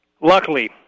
Luckily